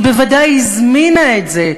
היא בוודאי הזמינה את זה.